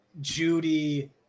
Judy